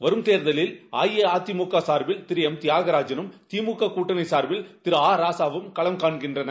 வரும் தேர்தலில் அஇஅதிமுக சார்பில் திரு எம் தியாகராஜனும் திமுக கூட்டணி சார்பில் திரு ஆ ராசாவும் களம் நியாயமான காண்கின்றனர்